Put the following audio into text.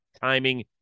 timing